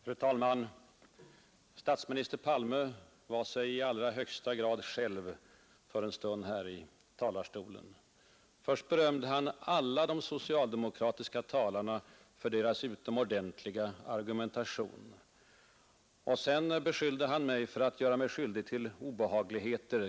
Fru talman! Statsminister Palme var sig i allra högsta grad själv för en stund sedan här i talarstolen. Först berömde han alla de socialdemokratiska talarna för deras ”utomordentliga argumentation”. Sedan beskyllde han mig för att göra mig skyldig till obehagligheter.